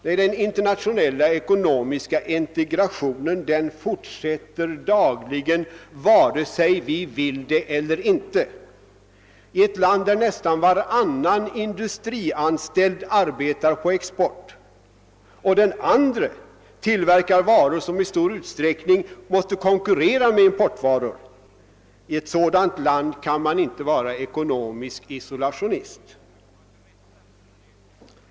Nej, den internationella ekonomiska integrationen fortsätter dagligen vare sig vi vill det eller inte. I ett land, där så gott som varannan industrianställd arbetar på export och varannan tillverkar varor som i stor utsträckning måste konkurrera med importvaror, kan man inte vara eko nomisk isolationist.